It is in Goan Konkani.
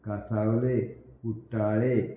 कांसावले कुट्टाळे